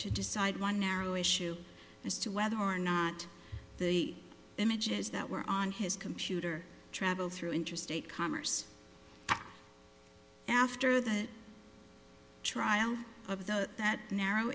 to decide one narrow issue as to whether or not the images that were on his computer traveled through interstate commerce after the trial of those that narrow